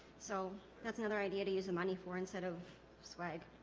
so that's another idea to use the money for instead of swag